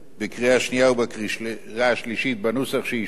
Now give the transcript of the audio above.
ובקריאה שלישית בנוסח שאישרה הוועדה,